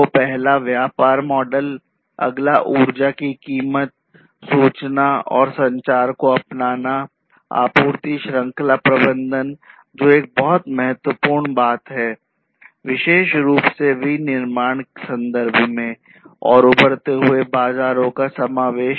तो पहला व्यापार मॉडल अगला ऊर्जा की कीमत सूचना और संचार को अपनाना आपूर्ति श्रृंखला प्रबंधन जो एक बहुत ही महत्वपूर्ण बात है विशेष रूप से विनिर्माण संदर्भ में और उभरते बाजारों का समावेश